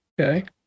Okay